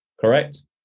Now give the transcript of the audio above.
Correct